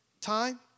time